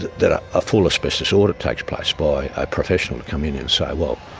that ah a full asbestos audit takes place by a professional to come in and say, well,